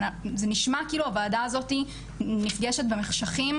זה נשמע כאילו הוועדה הזאת נפגשת במחשכים